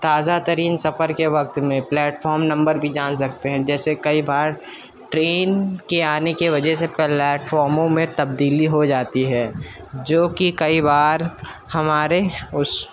تازہ ترین سفر کے وقت میں پلیٹ فام نمبر بھی جان سکتے ہیں جیسے کئی بار ٹرین کے آنے کے وجہ سے پلیٹ فارموں میں تبدیلی ہو جاتی ہے جو کہ کئی بار ہمارے اس